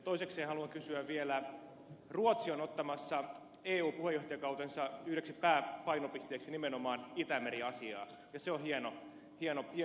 toisekseen haluan kysyä vielä siihen liittyen kun ruotsi on ottamassa eu puheenjohtajakautensa yhdeksi pääpainopisteeksi nimenomaan itämeri asian se on hieno ratkaisu